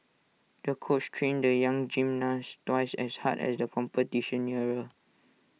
the coach trained the young gymnast twice as hard as the competition